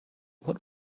what